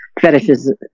fetishes